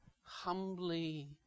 humbly